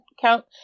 Count